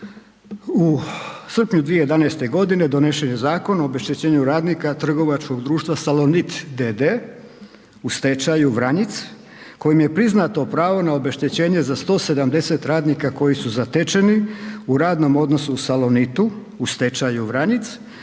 u srpnju 2011. g. donesen je Zakon o obeštećenju radnika trgovačkog društva Salonit d.d. u stečaju Vranjic, kojim je priznato pravo na obeštećenje za 170 radnika koji su zatečeni u radnom odnosu u Salonitu u stečaju Vranjic